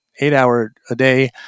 eight-hour-a-day